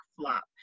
flop